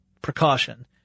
precaution